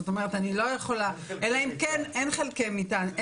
אין חלקי מיטה.